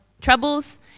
Troubles